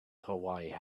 hawaii